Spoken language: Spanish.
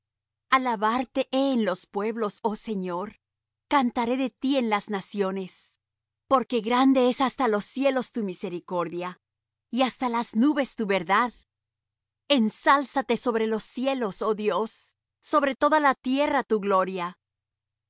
alabarte he en los pueblos oh señor cantaré de ti en las naciones porque grande es hasta los cielos tu misericordia y hasta las nubes tu verdad ensálzate sobre los cielos oh dios sobre toda la tierra tu gloria